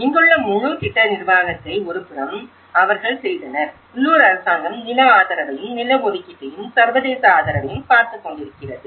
இங்குள்ள முழு திட்ட நிர்வாகத்தை ஒருபுறம் அவர்கள் செய்தனர் உள்ளூர் அரசாங்கம் நில ஆதரவையும் நில ஒதுக்கீட்டையும் சர்வதேச ஆதரவையும் பார்த்துக் கொண்டிருக்கிறது